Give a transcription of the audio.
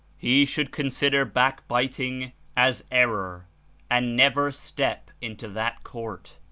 he should consider backbiting as error and never step into that court,